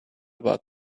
about